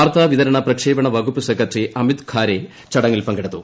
വാർത്താ വിതരണ പ്രക്ഷേപണ വകുപ്പ് സെക്രട്ടറി അമിത് ഖാരേ ചടങ്ങിൽ പങ്കെടുത്തു